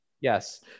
Yes